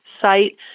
site